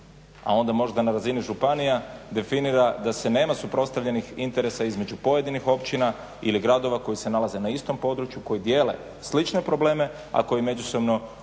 a onda možda na razini županija definira da se nema suprotstavljenih interesa između pojedinih općina ili gradova koji se nalaze na istom području, koji dijele slične probleme, a koji međusobno